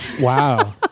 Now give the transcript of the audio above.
Wow